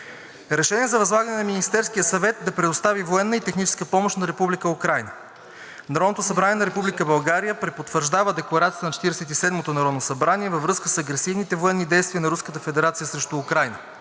РЕШЕНИЕ за възлагане на Министерския съвет да предостави военна и техническа помощ на Република Украйна Народното събрание на Република България препотвърждава декларацията на Четиридесет и седмото народно събрание във връзка с агресивните военни действия на Руската